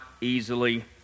easily